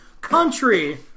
Country